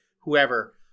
whoever